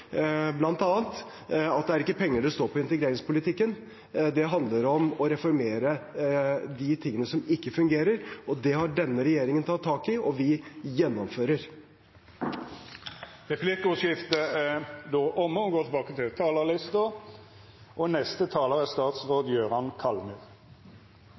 bl.a. at det er ikke penger det står på i integreringspolitikken. Det handler om å reformere de tingene som ikke fungerer. Det har denne regjeringen tatt tak i, og vi gjennomfører. Replikkordskiftet er omme. Det kommer fortsatt få asylsøkere til